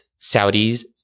Saudis